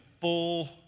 full